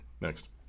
Next